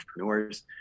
entrepreneurs